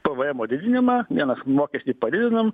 pavaemo didinimą vienas mokestį padidinam